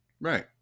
Right